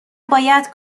باید